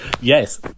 Yes